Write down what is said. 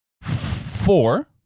Four